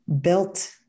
built